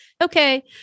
okay